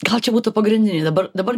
gal čia būtų pagrindiniai dabar dabar